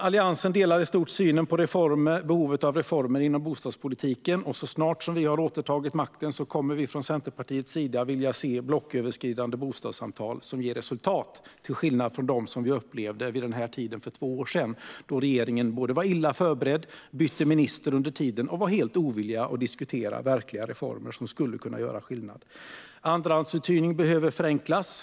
Alliansen delar i stort synen på behovet av reformer inom bostadspolitiken, och så snart vi har återtagit makten kommer vi från Centerpartiets sida att vilja se blocköverskridande bostadssamtal som ger resultat - till skillnad från dem som vi upplevde vid den här tiden för två år sedan, då regeringen var illa förberedd, bytte minister under tiden och var helt ovillig att diskutera verkliga reformer som skulle kunna göra skillnad. Andrahandsuthyrning behöver förenklas.